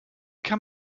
kann